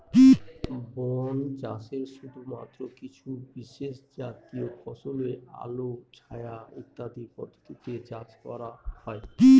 বন চাষে শুধুমাত্র কিছু বিশেষজাতীয় ফসলই আলো ছায়া ইত্যাদি পদ্ধতিতে চাষ করা হয়